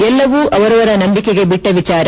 ಎಲ್ಲವೂ ಅವರವರ ನಂಬಕೆಗೆ ಬಿಟ್ಟ ವಿಚಾರ